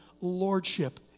lordship